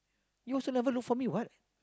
you also never look for me what